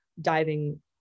diving